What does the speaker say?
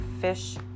fish